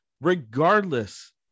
regardless